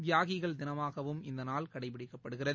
தியாகிகள் தினமாகவும் இந்நாள் கடைபிடிக்கப்படுகிறது